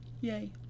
Yay